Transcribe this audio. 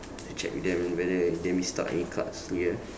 check with them whether they missed out any cards ya